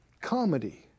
comedy